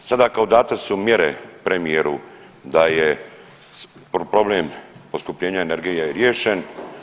Sada kao date su mjere premijeru da je problem poskupljenja energije riješen.